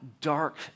dark